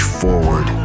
forward